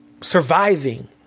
surviving